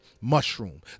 mushroom